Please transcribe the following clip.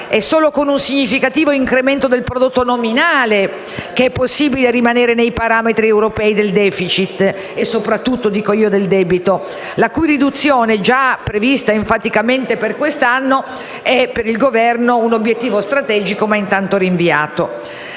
è solo con un significativo incremento del prodotto nominale che è possibile rimanere nei parametri europei del *deficit*, e soprattutto - dico io - del debito, la cui riduzione, prevista già enfaticamente per quest'anno, è per il Governo un obiettivo strategico, ma intanto rinviato.